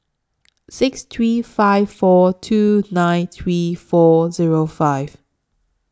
six three five four two nine three four Zero five